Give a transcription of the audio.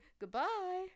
Goodbye